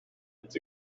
its